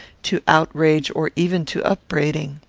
to outrage or even to upbraiding.